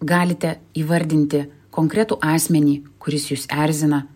galite įvardinti konkretų asmenį kuris jus erzina